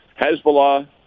Hezbollah